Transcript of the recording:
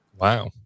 Wow